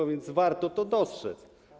A więc warto to dostrzec.